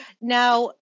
Now